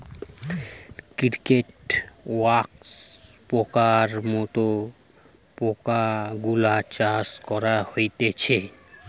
cricket, wax পোকার মত পোকা গুলার চাষ করা হতিছে